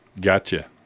Gotcha